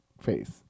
face